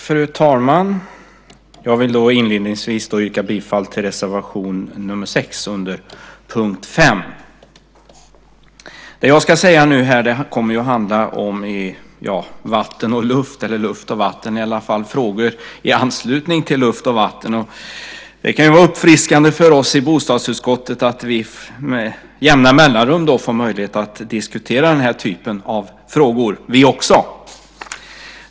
Fru talman! Jag vill inledningsvis yrka bifall till reservation nr 6 under punkt 5. Det jag ska tala om kommer att handla om vatten och luft eller luft och vatten, i alla fall frågor i anslutning till luft och vatten. Det kan ju vara uppfriskande för oss i bostadsutskottet att också vi med jämna mellanrum får möjlighet att diskutera den här typen av frågor.